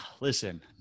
Listen